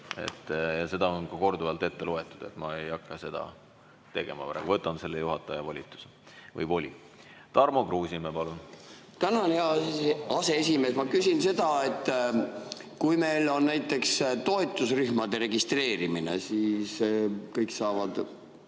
Seda on ka korduvalt ette loetud. Ma ei hakka seda tegema, võtan juhatajana selle voli. Tarmo Kruusimäe, palun! Tänan, hea aseesimees! Ma küsin seda, et kui meil on näiteks toetusrühma registreerimine, siis kõik saavad